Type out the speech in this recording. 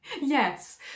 Yes